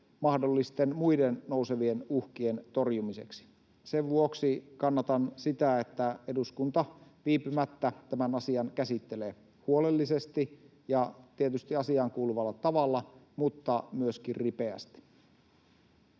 mahdollisten muiden nousevien uhkien torjumiseksi. Sen vuoksi kannatan sitä, että eduskunta viipymättä tämän asian käsittelee huolellisesti ja tietysti asiaankuuluvalla tavalla, mutta myöskin ripeästi.